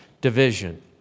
Division